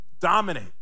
dominate